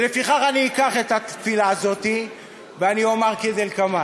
ולפיכך אני אקח את התפילה הזאת ואני אומר כדלקמן: